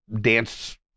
dance